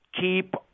Keep